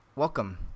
welcome